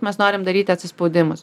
mes norim daryti atsispaudimus